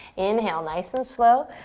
inhale nice and slow.